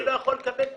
אני לא יכול לקבל טיפול.